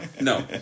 No